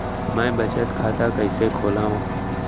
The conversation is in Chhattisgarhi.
मै बचत खाता कईसे खोलव?